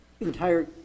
Entire